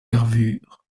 gravures